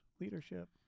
leadership